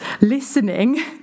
listening